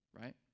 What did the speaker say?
right